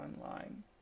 Online